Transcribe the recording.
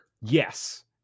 yes